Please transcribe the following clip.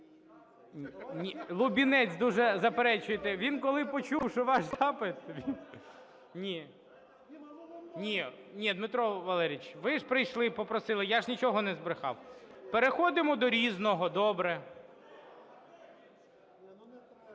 Лубінець дуже заперечує. Він, коли почув, що ваш запит… Ні. Дмитро Валерійович, ви ж прийшли, попросили, я ж нічого не збрехав. Переходимо до "Різного", добре.